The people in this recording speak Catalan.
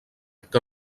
que